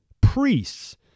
priests